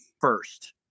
first